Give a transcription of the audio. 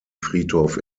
friedhof